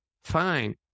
fine